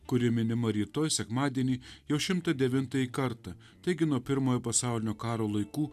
kuri minima rytoj sekmadienį jau šimtą devintąjį kartą taigi nuo pirmojo pasaulinio karo laikų